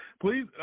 please